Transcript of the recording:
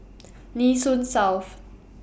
Nee Soon South